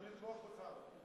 אנחנו נתמוך בך.